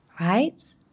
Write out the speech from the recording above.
Right